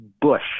Bush